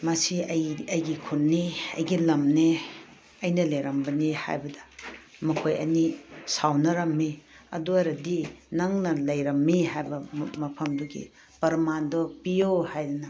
ꯃꯁꯤ ꯑꯩ ꯑꯩꯒꯤ ꯈꯨꯟꯅꯤ ꯑꯩꯒꯤ ꯂꯝꯅꯤ ꯑꯩꯅ ꯂꯩꯔꯝꯕꯅꯤ ꯍꯥꯏꯕꯗ ꯃꯈꯣꯏ ꯑꯅꯤ ꯁꯥꯎꯅꯔꯝꯃꯤ ꯑꯗꯨ ꯑꯣꯏꯔꯗꯤ ꯅꯪꯅ ꯂꯩꯔꯝꯃꯤ ꯍꯥꯏꯕ ꯃꯐꯝꯗꯨꯒꯤ ꯄ꯭ꯔꯃꯥꯟꯗꯨ ꯄꯤꯌꯣ ꯍꯥꯏꯗꯅ